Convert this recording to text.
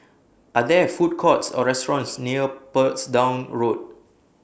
Are There Food Courts Or restaurants near Portsdown Road